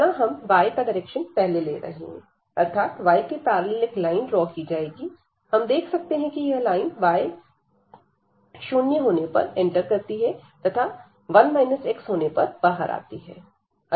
माना हम y का डायरेक्शन पहले ले रहे हैं अर्थात y के पैरेलल एक लाइन ड्रॉ की जाएगी हम देख सकते हैं की यह लाइन y शून्य होने पर एंटर करती है तथा 1 x होने पर बाहर आती है